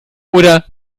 oder